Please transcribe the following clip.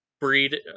breed